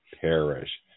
perish